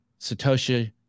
Satoshi